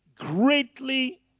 Greatly